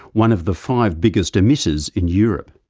one of the five biggest emitters in europe.